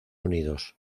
unidos